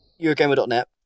Eurogamer.net